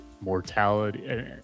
mortality